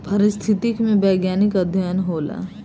पारिस्थितिकी में वैज्ञानिक अध्ययन होला